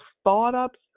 startups